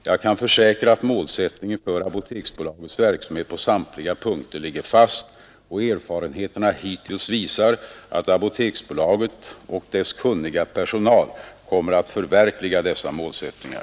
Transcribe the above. Jag kan försäkra att målsättningen för Apoteksbolagets verksamhet på samtliga punkter ligger fast, och erfarenheterna hittills visar att Apoteksbolaget och dess kunniga personal kommer att förverkliga dessa målsättningar.